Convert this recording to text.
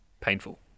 painful